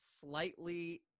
slightly